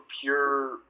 pure